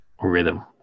rhythm